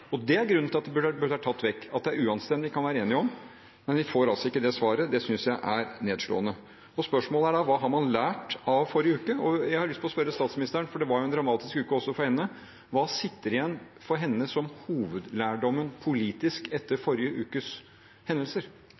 og det er grunnen til at det burde ha vært tatt vekk – at det er uanstendig, kan vi være enige om. Men vi får altså ikke det svaret. Det synes jeg er nedslående. Og spørsmålet er da: Hva har man lært av forrige uke? Jeg har lyst til å spørre statsministeren – for det var jo en dramatisk uke også for henne: Hva sitter igjen for henne som hovedlærdommen politisk etter forrige ukes hendelser?